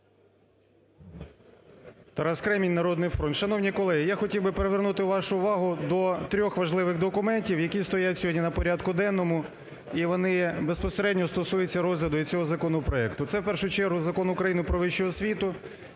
Тарас Кремінь, "Народний фронт". Шановні колеги, я хотів би привернути вашу увагу до трьох важливих документів, які стоять сьогодні на порядку денному, і вони безпосередньо стосуються розгляду і цього законопроекту. Це, в першу чергу Закон України "Про вищу освіту",